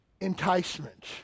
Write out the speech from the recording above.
Enticement